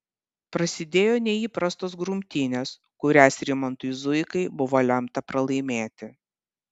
prasidėjo neįprastos grumtynės kurias rimantui zuikai buvo lemta pralaimėti